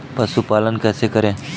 पशुपालन कैसे करें?